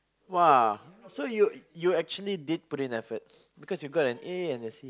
!wah! so you you actually did put in effort because you got an A and a C